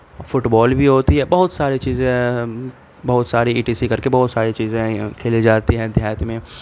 fit بال بھی ہوتی ہے بہت ساری چیزیں بہت ساری ای ٹی سی کر کے بہت ساری چیزیں کھیلی جاتی ہیں دیہات میں